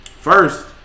First